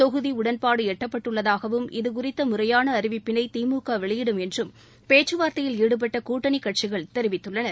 தொகுதி உடன்பாடு எட்டப்பட்டு உள்ளதாகவும் இதுகுறித்த முறையான அறிவிப்பினை திமுக வெளியிடும் என்றும் பேச்சுவார்த்தையில் ஈடுபட்ட கூட்டணி கட்சிகள் தெரிவித்துள்ளன